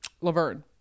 Laverne